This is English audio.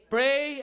Pray